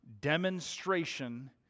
demonstration